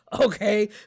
Okay